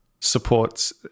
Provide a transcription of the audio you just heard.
supports